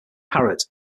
parrot